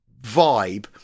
vibe